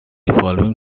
following